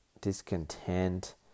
discontent